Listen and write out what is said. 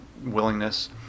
willingness